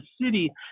city